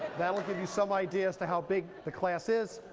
that'll give you some idea as to how big the class is.